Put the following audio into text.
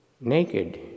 Naked